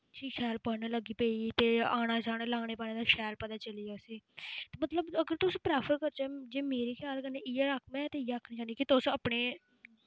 फ्ही शैल पढ़न लगी पेई ते आना जाना लाने पाने दा शैल पता चलिया उस्सी ते मतलब अगर तुस प्रैफर करचै जे मेरे खयाल कन्नै इ'यै मैं ते इ'यै आखना चाह्न्नी कि तुस अपने